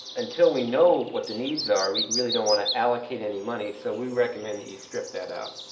until we know what the needs are, we really don't want to allocate any money, so we recommend that you strip that out.